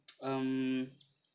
um